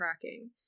tracking